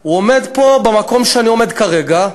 הוא עומד פה, במקום שבו אני עומד כרגע,